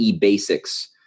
basics